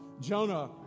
Jonah